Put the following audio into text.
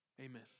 Amen